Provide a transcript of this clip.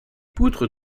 poutres